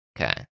okay